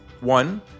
One